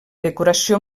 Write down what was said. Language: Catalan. decoració